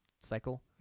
cycle